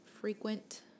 frequent